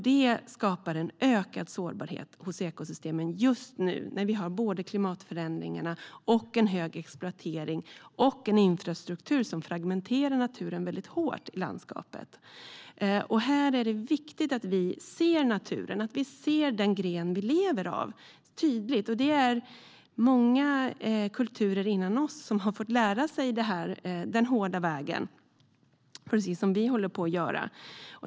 Det skapar en ökad sårbarhet hos ekosystemen just nu när vi har klimatförändringar, hög exploatering och en infrastruktur som fragmenterar naturen och landskapet väldigt hårt. Här är det viktigt att vi ser naturen vi lever av, att vi tydligt ser den gren vi sitter på. Det är många kulturer före oss som har fått lära sig det här den hårda vågen, precis som vi håller på att göra.